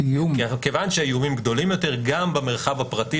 כיוון שהאיומים גדולים יותר גם במרחב הפרטי,